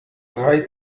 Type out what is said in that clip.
drei